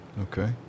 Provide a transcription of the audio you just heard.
Okay